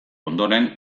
ondoren